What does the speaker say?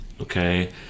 Okay